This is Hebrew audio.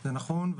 זה נכון,